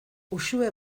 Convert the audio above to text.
uxue